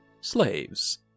slaves